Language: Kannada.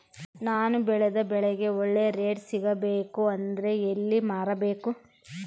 ನಾನು ಬೆಳೆದ ಬೆಳೆಗೆ ಒಳ್ಳೆ ರೇಟ್ ಸಿಗಬೇಕು ಅಂದ್ರೆ ಎಲ್ಲಿ ಮಾರಬೇಕು?